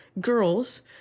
girls